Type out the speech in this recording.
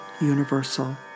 universal